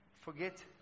Forget